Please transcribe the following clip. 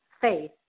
faith